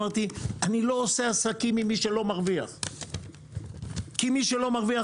אמרתי: אני לא עושה עסקים עם מי שלא מרוויח כי מי שלא מרוויח,